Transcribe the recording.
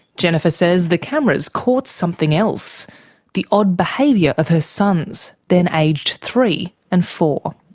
jennifer says the cameras caught something else the odd behaviour of her sons, then aged three and four.